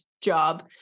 job